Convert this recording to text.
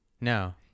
No